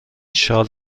شال